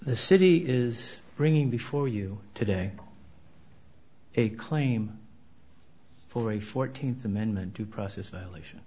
the city is bringing before you today a claim for a fourteenth amendment due process violation